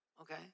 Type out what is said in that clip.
okay